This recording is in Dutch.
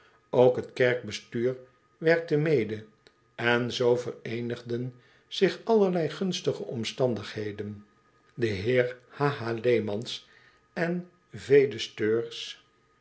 ook het kerkbestuur werkte mede en zoo vereenigden zich allerlei gunstige omstandigheden de h h leemans en